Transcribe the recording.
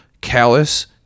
callous